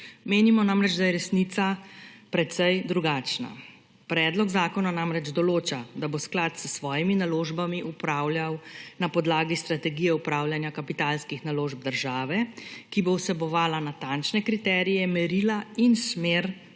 Menimo namreč, da je resnica precej drugačna. Predlog zakona namreč določa, da bo sklad s svojimi naložbami upravljal na podlagi strategije upravljanja kapitalskih naložb države, ki bo vsebovala natančne kriterije, merila in smer ravnanja